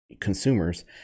consumers